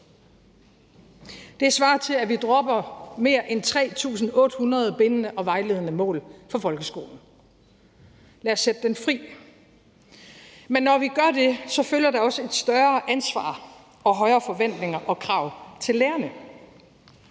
Det svarer til, at vi dropper mere end 3.800 bindende og vejledende mål for folkeskolen. Lad os sætte den fri. Men når vi gør det, følger der også et større ansvar og højere forventninger og krav til lærerne.